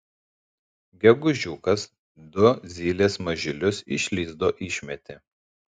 gegužiukas du zylės mažylius iš lizdo išmetė